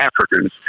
Africans